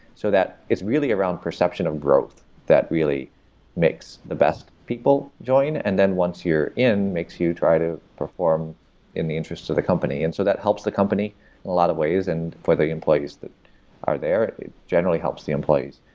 so that it's really around perception of growth that really makes the best people join. and once you're in, makes you try to perform in the interest of the company. and so that helps the company in a lot of ways and for the employers that are there. it generally helps the employees.